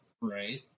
Right